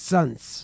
Sons